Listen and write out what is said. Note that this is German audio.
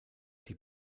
die